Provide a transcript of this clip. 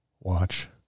watch